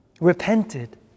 repented